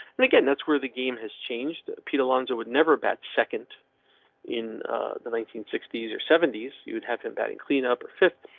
and again, that's where the game has changed. pete alonso would never batch second in the nineteen sixty s or seventy s you would have him batting, cleanup or fifth,